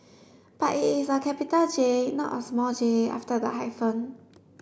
but it is a capital J not a small j after the hyphen